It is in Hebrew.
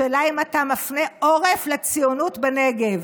השאלה היא: האם אתה מפנה עורף לציונות בנגב?